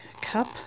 cup